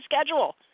schedule